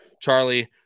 Charlie